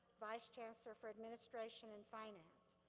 vice chancellor for administration and finance.